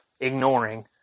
ignoring